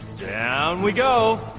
down we go